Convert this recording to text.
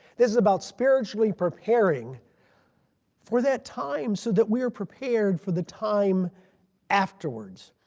this is about spiritually preparing for that time so that we are prepared for the time afterwards.